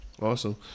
Awesome